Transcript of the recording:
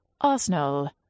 Arsenal